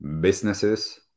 businesses